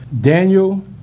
Daniel